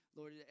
Lord